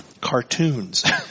Cartoons